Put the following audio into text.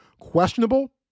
questionable